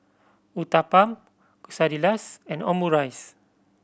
Uthapam Quesadillas and Omurice